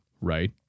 Right